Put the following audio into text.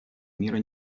мира